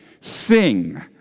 sing